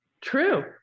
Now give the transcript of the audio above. True